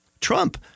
Trump